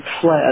fled